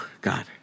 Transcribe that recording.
god